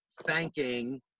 thanking